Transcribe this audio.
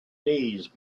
days